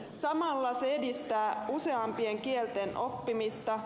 samalla se edistää useampien kielten oppimista